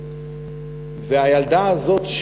והילדה הזאת,